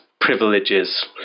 privileges